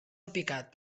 alpicat